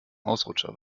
ausrutscher